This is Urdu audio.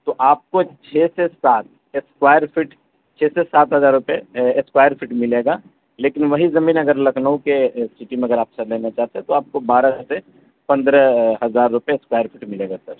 تو آپ کو چھ سے سات اسکوائر فٹ چھ سے سات ہزار روپے اسکوائر فٹ ملے گا لیکن وہی زمین اگر لکھنؤ کے سٹی میں اگر آپ سر لینا چاہتے ہیں تو آپ کو بارہ سے پندرہ ہزار روپے اسکوائر فٹ ملے گا سر